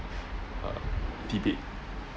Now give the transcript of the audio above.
err tidbit